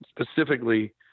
specifically